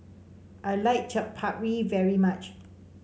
I like Chaat Papri very much